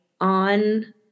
on